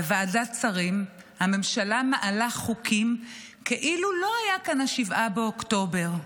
בוועדת שרים הממשלה מעלה חוקים כאילו לא היה כאן 7 באוקטובר,